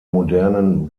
modernen